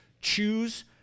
choose